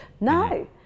No